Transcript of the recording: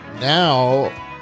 now